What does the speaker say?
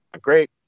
great